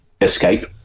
escape